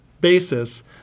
basis